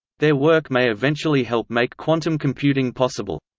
their work may eventually help make quantum computing possible.